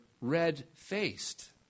red-faced